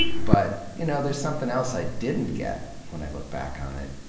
but, you know, there's something else i didn't get when i look back on it,